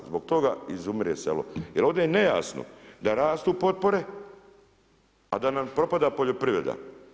Zbog toga izumire selo jer ovdje je nejasno da rastu potpore a da nam propada poljoprivreda.